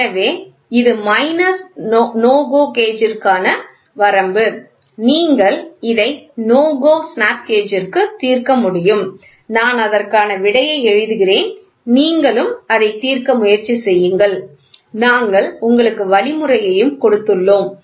எனவே இது minus NO GO gauge ற்கான வரம்பு நீங்கள் இதை NO GO ஸ்னாப் கேஜுக்கு தீர்க்க முடியும் நான் அதற்கான விடையை எழுதுகிறேன் நீங்களும் அதை தீர்க்க முயற்சி செய்யுங்கள் நாங்கள் உங்களுக்கு வழிமுறையையும் கொடுத்துள்ளோம்